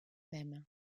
même